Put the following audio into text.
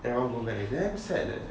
everyone go back leh damn sad